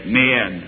men